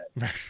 Right